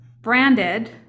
branded